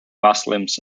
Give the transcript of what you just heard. muslims